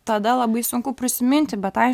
tada labai sunku prisiminti bet aiš